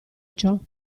ciò